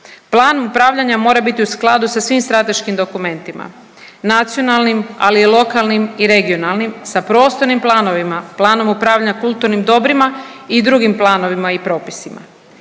Plan upravljanja mora biti u skladu sa svim strateškim dokumentima, nacionalnim, ali i lokalnim i regionalnim, sa prostornim planovima, planom upravljanja kulturnim dobrima i drugim planovima i propisima.